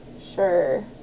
Sure